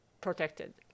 protected